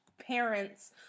parents